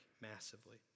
massively